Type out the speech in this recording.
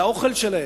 לאוכל שלהם.